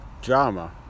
drama